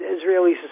Israeli